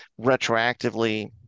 retroactively